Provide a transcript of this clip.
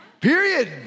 Period